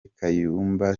kayumba